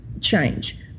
change